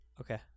Okay